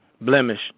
blemish